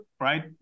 right